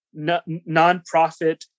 nonprofit